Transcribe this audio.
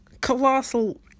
colossal